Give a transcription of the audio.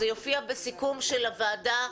זה יופיע בסיכום של הוועדה.